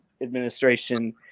administration